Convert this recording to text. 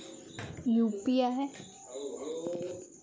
UAS मध्ये मार्जिनाक औपचारिकपणे परफॉर्मन्स बाँड म्हणतत